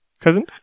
cousin